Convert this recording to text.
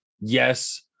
yes